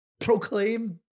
proclaim